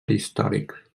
històric